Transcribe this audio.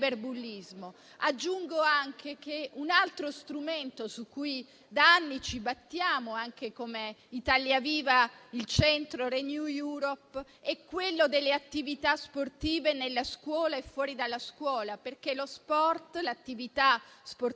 Aggiungo anche che un altro strumento su cui da anni ci battiamo anche come Italia Viva-Centro-Renew Europe è quello delle attività sportive nella scuola e fuori dalla scuola. L'attività sportiva